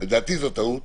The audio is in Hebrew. לדעתי זאת טעות.